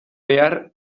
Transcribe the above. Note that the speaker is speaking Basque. behar